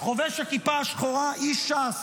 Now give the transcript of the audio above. חובש הכיפה השחורה, איש ש"ס,